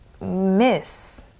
miss